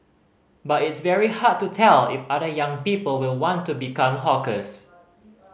but it's very hard to tell if other young people will want to become hawkers